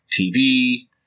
TV